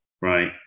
right